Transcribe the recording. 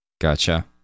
Gotcha